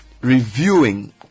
reviewing